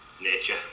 nature